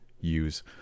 use